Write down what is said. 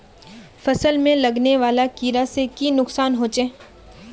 फसल में लगने वाले कीड़े से की नुकसान होचे?